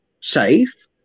safe